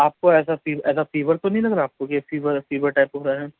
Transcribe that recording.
آپ کو ایسا ایسا فیور تو نہیں لگ رہا ہے آپ کو کہ یہ فیور فیور ٹائپ کو ہو رہا ہے